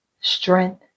strength